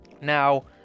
now